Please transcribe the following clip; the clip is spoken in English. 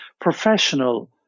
professional